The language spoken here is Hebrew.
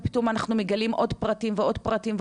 ופתאום אנחנו מגלים עוד פרטים ועוד פרטים,